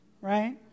right